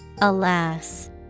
alas